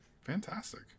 Fantastic